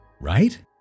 Right